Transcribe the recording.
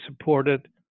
supported